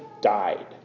died